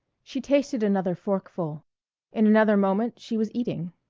she tasted another forkful in another moment she was eating.